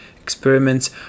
experiments